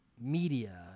media